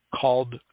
Called